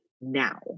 now